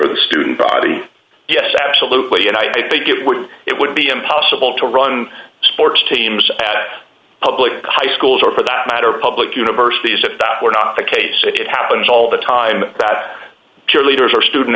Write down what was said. of the student body yes absolutely and i think it would it would be impossible to run sports teams at public high schools or for that matter public universities if that were not the case that it happens all the time that cheerleaders are student